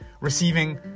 Receiving